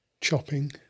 chopping